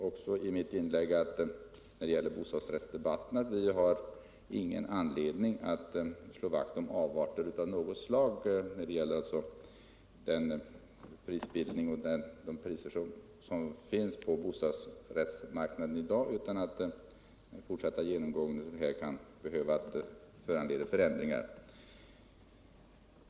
I mitt tidigare inlägg sade jag när det gäller bostadsrättsdebatten att vi inte har någon anledning att slå vakt om avarter av något slag beträffande prisbildningen och priserna på dagens bostadsrättsmarknad,. utan den fortsatta genomgången kan föranleda ändringar.